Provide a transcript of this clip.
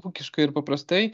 ūkiškai ir paprastai